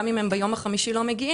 גם אם הם ביום החמישי לא מגיעים,